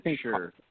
sure